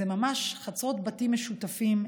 זה ממש חצרות בתים משותפים.